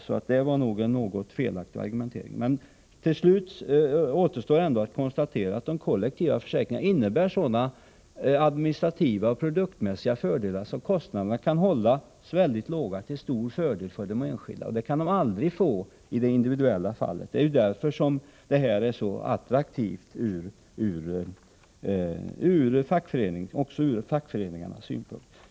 Så det var nog en något felaktig argumentering. Det återstår ändå att konstatera att de kollektiva försäkringarna innebär sådana administrativa och produktmässiga fördelar att kostnaderna kan hållas väldigt låga, till stor fördel för de enskilda. Detta är något som man aldrig kan åstadkomma i det individuella fallet. Därför är det här så attraktivt också ur fackföreningarnas synpunkt.